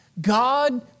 God